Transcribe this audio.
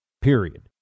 period